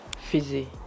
Fizzy